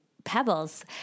pebbles